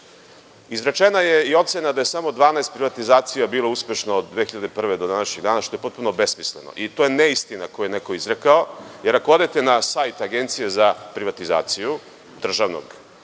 razloga. Izrečena je i ocena da je samo 12 privatizacija bilo uspešno od 2001. do današnjeg dana, što je potpuno besmisleno i to je neistina koju je neko izrekao. Jer, ako odete na sajt Agencije za privatizaciju, državnog